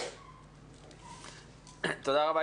תודה רבה,